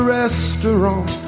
restaurant